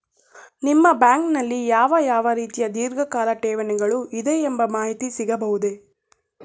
ನಿಮ್ಮ ಬ್ಯಾಂಕಿನಲ್ಲಿ ಯಾವ ಯಾವ ರೀತಿಯ ಧೀರ್ಘಕಾಲ ಠೇವಣಿಗಳು ಇದೆ ಎಂಬ ಮಾಹಿತಿ ಸಿಗಬಹುದೇ?